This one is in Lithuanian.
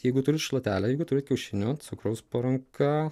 jeigu turit šluotelę jeigu turit kiaušinių cukraus po ranka